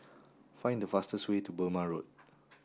find the fastest way to Burmah Road